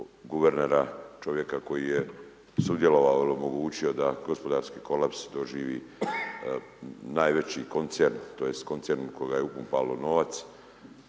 guvernera, čovjeka koji je sudjelovao ili omogućio da gospodarski kolaps, doživi najveći koncern, tj. koncern u koga je upalo novac.